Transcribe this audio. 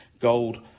gold